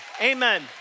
amen